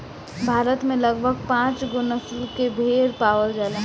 भारत में लगभग पाँचगो नसल के भेड़ पावल जाला